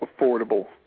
affordable